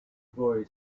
boy